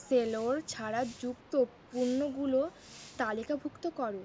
সেলোর ছাড়াযুক্ত পণ্যগুলো তালিকাভুক্ত করো